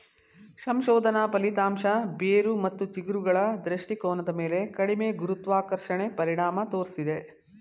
ಸಂಶೋಧನಾ ಫಲಿತಾಂಶ ಬೇರು ಮತ್ತು ಚಿಗುರುಗಳ ದೃಷ್ಟಿಕೋನದ ಮೇಲೆ ಕಡಿಮೆ ಗುರುತ್ವಾಕರ್ಷಣೆ ಪರಿಣಾಮ ತೋರ್ಸಿದೆ